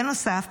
בנוסף,